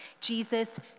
Jesus